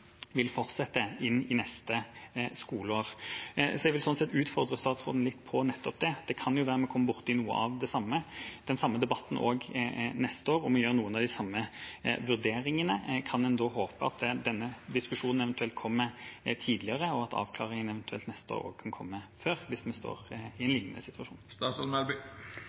vil fortsette inn i neste skoleår. Jeg vil utfordre statsråden litt på nettopp det. Det kan jo være vi kommer borti noe av det samme, at vi har den samme debatten også neste år og gjør noen av de samme vurderingene. Kan vi håpe at denne diskusjonen eventuelt kommer tidligere, og at avklaringen eventuelt kommer før hvis vi står i en